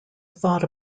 thought